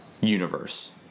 universe